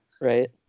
right